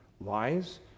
lies